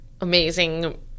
amazing